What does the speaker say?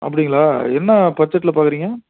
அப்படிங்களா என்ன பட்ஜெட்டில் பார்க்கறீங்க